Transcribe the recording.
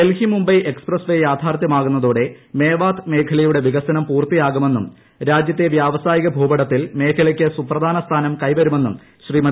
Delhi Mumbai expressway യാഥാർത്ഥ്യമാകുന്നതോടെ മേവാത് മേഖലയുടെ വികസനം പൂർത്തിയാകുമെന്നും രാജ്യത്തെ വ്യാവസായിക ഭൂപടത്തിൽ മേഖലയ്ക്ക് സുപ്രധാന സ്ഥാനം കൈവരുമെന്നും ശ്രീമതി